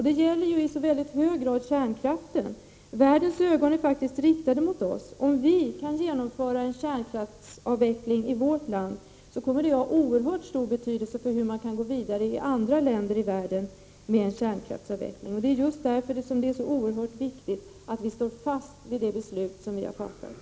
Det gäller i så väldigt hög grad kärnkraften. Världens ögon är faktiskt riktade mot oss. Om vi kan genomföra en kärnkraftsavveckling i vårt land, kommer detta att ha oerhört stor betydelse för hur man kan gå vidare i andra länder i världen med en kärnkraftsavveckling. Därför är det så oerhört viktigt att vi står fast vid det beslut som har fattats.